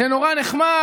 זה נורא נחמד.